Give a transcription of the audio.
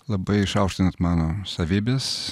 labai išaukštinot mano savybes